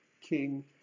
king